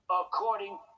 according